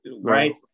right